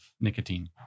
nicotine